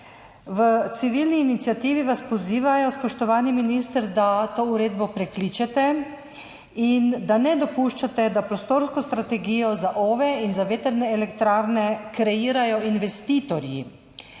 V civilni iniciativi vas pozivajo, spoštovani minister, da to uredbo prekličete in da ne dopuščate, da prostorsko strategijo za OVE in za vetrne elektrarne kreirajo investitorji.